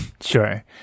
Sure